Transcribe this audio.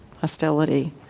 hostility